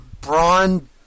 Braun